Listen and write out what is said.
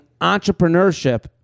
entrepreneurship